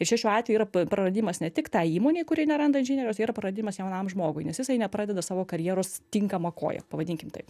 ir čia šiuo atveju yra praradimas ne tik tai įmonei kuri neranda inžinieriaus yra praradimas jaunam žmogui nes jisai nepradeda savo karjeros tinkama koja pavadinkim taip